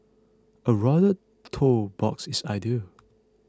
a rounded toe box is ideal